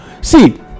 see